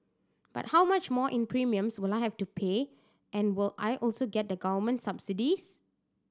but how much more in premiums will I have to pay and will I also get the government subsidies